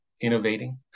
innovating